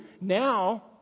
Now